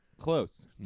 Close